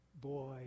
Boy